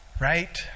Right